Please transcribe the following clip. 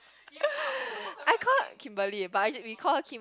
I call Kimberly but uh we call her Kim